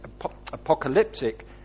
apocalyptic